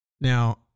Now